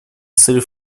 целей